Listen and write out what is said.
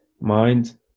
mind